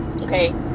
okay